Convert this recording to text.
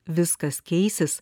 viskas keisis